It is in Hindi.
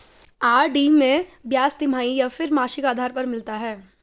आर.डी में ब्याज तिमाही या फिर मासिक आधार पर मिलता है?